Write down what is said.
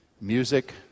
music